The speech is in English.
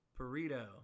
Burrito